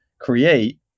create